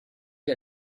you